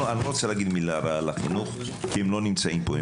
אני לא רוצה לומר מילה רעה על החינוך כי הם לא נמצאים פה.